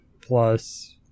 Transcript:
plus